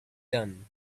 done